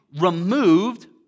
removed